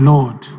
Lord